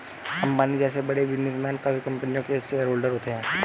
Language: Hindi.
अंबानी जैसे बड़े बिजनेसमैन काफी कंपनियों के शेयरहोलडर होते हैं